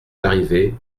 larrivé